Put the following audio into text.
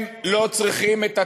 הם לא צריכים את התקציב,